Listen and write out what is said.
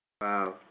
Wow